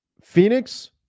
Phoenix